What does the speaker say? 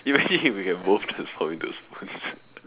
imagine if we can both transformed into a spoon